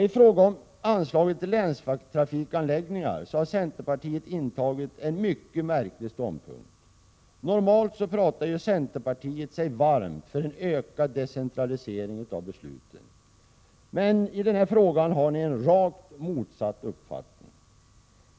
I fråga om anslaget till länstrafikanläggningar har centerpartiet intagit en mycket märklig ståndpunkt. Normalt så pratar ju centerpartiet sig varmt för en ökad decentralisering av besluten. Men i den här frågan har ni en rakt motsatt uppfattning.